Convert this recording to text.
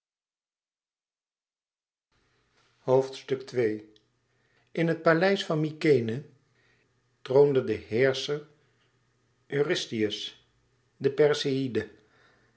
in het paleis van mykenæ troonde de heerscher eurystheus de